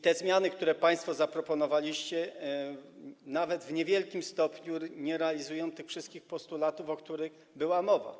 Te zmiany, które państwo zaproponowaliście, nawet w niewielkim stopniu nie realizują tych wszystkich postulatów, o których była mowa.